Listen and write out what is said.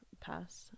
past